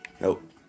Nope